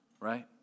right